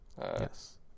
Yes